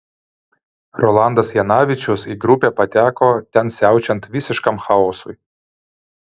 rolandas janavičius į grupę pateko ten siaučiant visiškam chaosui